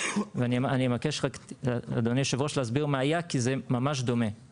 ואני אבקש רק אדוני יושב הראש להסביר מה היה כי זה ממש דומה.